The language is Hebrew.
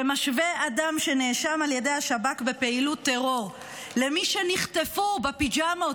שמשווה אדם שנאשם על ידי השב"כ בפעילות טרור למי שנחטפו בפיג'מות,